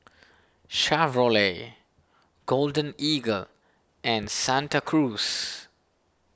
Chevrolet Golden Eagle and Santa Cruz